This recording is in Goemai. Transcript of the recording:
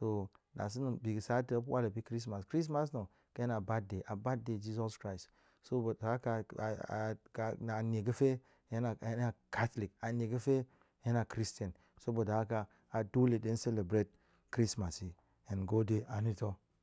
hok ɗasa̱na̱ bi ga̱ sa̱ to muap kwal ni muap yin chrismas, chrismas na̱ ƙana birthday a birthday jesus christ so na nie ga̱fe hen-a hen-a catholic an nie ga̱fe hen christian soboda haka a dole ɗe celebrate chrismas yi hen gode anita̱